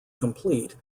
completed